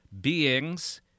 beings